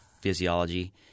physiology